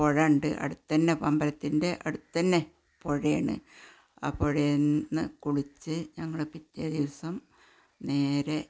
പുഴയുണ്ട് അടുത്തു തന്നെ അമ്പലത്തിന്റെ അടുത്തു തന്നെ പുഴയാണ് അപ്പോൾ എന്ന് കുളിച്ച് ഞങ്ങൾ പിറ്റേ ദിവസം നേരെ